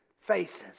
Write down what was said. faces